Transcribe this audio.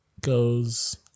goes